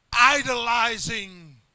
idolizing